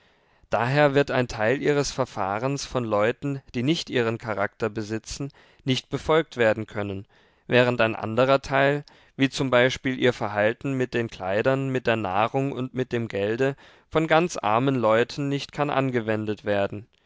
daher wird ein teil ihres verfahrens von leuten die nicht ihren charakter besitzen nicht befolgt werden können während ein anderer teil wie z b ihr verhalten mit den kleidern mit der nahrung und mit dem gelde von ganz armen leuten nicht kann angewendet werden